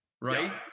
right